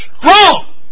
strong